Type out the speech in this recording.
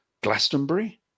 glastonbury